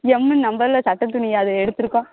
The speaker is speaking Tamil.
எம்முன்னு நம்பரில் சட்டைத்துணி அது எடுத்திருக்கோம்